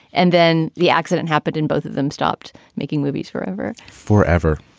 and then the accident happened in both of them stopped making movies forever. forever.